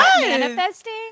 manifesting